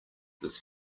this